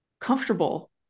comfortable